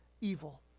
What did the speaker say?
evil